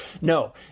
No